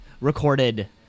recorded